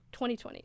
2020